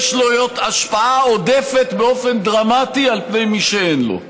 יש לו השפעה עודפת באופן דרמטי על פני מי שאין לו.